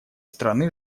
страны